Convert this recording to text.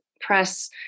press